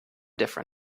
different